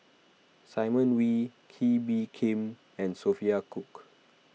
Simon Wee Kee Bee Khim and Sophia Cooke